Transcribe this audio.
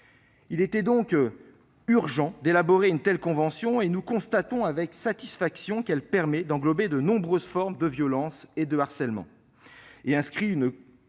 Il était donc urgent d'élaborer une telle convention. Nous constatons avec satisfaction qu'elle permet d'englober de nombreuses formes de violences et de harcèlement,